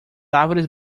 árvores